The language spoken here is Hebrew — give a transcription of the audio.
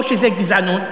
או שזה גזענות,